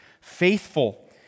faithful